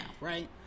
right